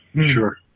sure